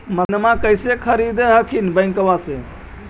मसिनमा कैसे खरीदे हखिन बैंकबा से?